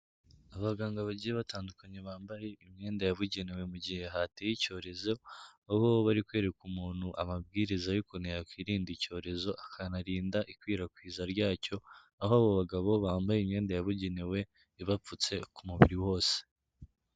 Abaganga bagiye batandukanye bambare imyenda yabugenewe mu gihe hateye icyorezo abo bari kwereka umuntu amabwiriza ariko yakwirinda icyorezo akanarinda ikwirakwizwa ryacyo aho abo bagabo bambaye imyenda yabugenewe ibapfutse ku mubiri wose.